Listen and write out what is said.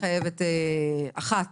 הסתייגות אחת